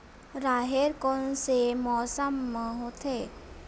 राहेर कोन से मौसम म होथे?